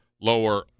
lower